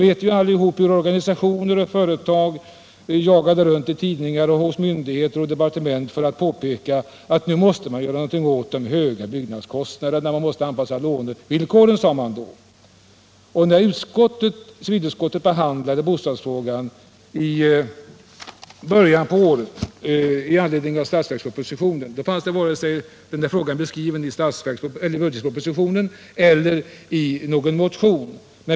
Vi vet alla hur organisationer och företag jagade runt hos tidningar, myndigheter och departement för att peka på att man måste göra något åt de höga byggnadskostnaderna genom att, som det då framhölls, anpassa lånevillkoren. När civilutskottet behandlade bostadsfrågan i början av året med anledning av budgetpropositionen hade denna fråga inte tagits upp vare sig i denna eller i någon motion.